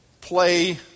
play